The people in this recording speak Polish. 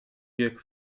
bieg